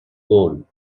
gold